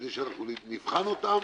כדי שאנחנו נבחן אותם,